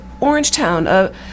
Orangetown